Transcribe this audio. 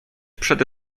przede